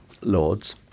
Lords